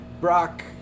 Brock